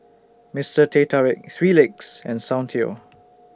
Mister Teh Tarik three Legs and Soundteoh